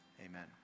Amen